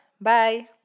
Bye